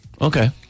Okay